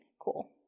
cool